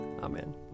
Amen